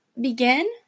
Begin